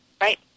right